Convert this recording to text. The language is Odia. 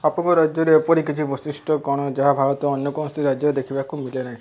ଆପଣଙ୍କ ରାଜ୍ୟରେ ଏପରି କିଛି ବୈଶିଷ୍ଟ କ'ଣ ଯାହା ଭାରତ ଅନ୍ୟ କୌଣସି ରାଜ୍ୟ ଦେଖିବାକୁ ମିଳେ ନାହିଁ